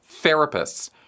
therapists